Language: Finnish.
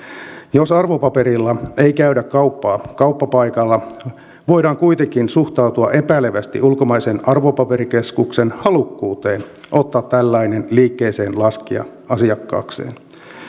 jos arvopaperilla ei käydä kauppaa kauppapaikalla voidaan kuitenkin suhtautua epäilevästi ulkomaisen arvopaperikeskuksen halukkuuteen ottaa tällainen liikkeeseenlaskija asiakkaakseen